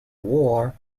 war